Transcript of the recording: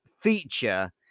feature